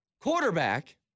Quarterback